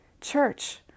Church